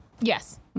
Yes